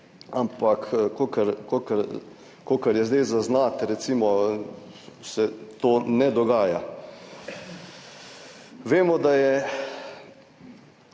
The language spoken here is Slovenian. ampak kolikor je zdaj zaznati recimo, se to ne dogaja. Vemo, da je